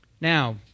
Now